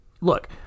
look